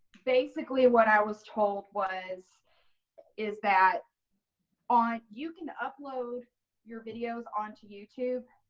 basically, what i was told was is that on you can upload your videos onto youtube